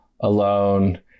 alone